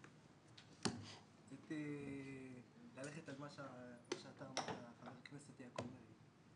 רציתי ללכת על מה שאתה אמרת על הכנסת, יעקב מרגי.